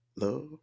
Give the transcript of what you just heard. love